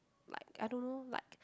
like I don't know like